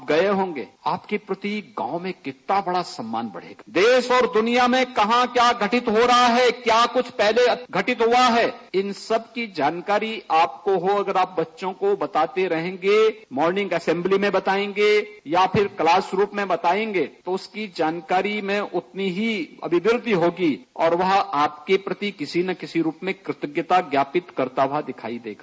आप गये होंगे आपके प्रति गांव में कितना बड़ा सम्मान बढ़ेगा देश और दुनिया में कहां क्या घटित हो रहा है क्या कुछ पहले घटित हुआ है इन सबकी जानकारी आपको हो अगर आप बच्चों को बताते रहेंगे मार्निंग असेम्बली में बतायेंगे या फिर क्लास रूम में बतायेंगे तो उसकी जानकारी में उतनी ही अभिवृद्धि होगी और वह आप के प्रति किसी न किसी रूप में कृतज्ञता ज्ञापित करता हुआ दिखाई देगा